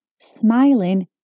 Smiling